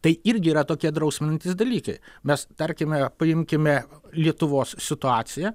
tai irgi yra tokie drausminantys dalykas mes tarkime paimkime lietuvos situaciją